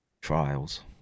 trials